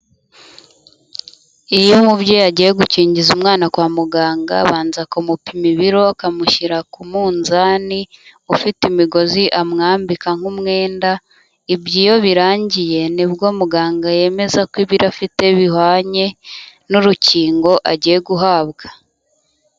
Iyo umubyeyi agiye gukingiza umwana kwa muganga, abanza kumupima ibiro, akamushyira ku munzani, ufite imigozi amwambika nk'umwenda ibyo iyo birangiye, nibwo muganga yemeza ko ibiro afite bihwanye n'urukingo agiye guhabwa.